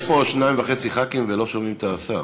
יש פה שניים וחצי ח"כים ולא שומעים את השר.